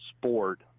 sport